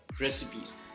recipes